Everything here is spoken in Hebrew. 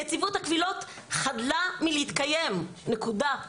נציבות הקבילות חדלה מלהתקיים, נקודה.